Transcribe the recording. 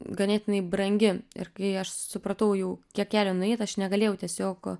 ganėtinai brangi ir kai aš supratau jau kiek kelio nueita aš negalėjau tiesiog